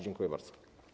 Dziękuję bardzo.